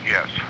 Yes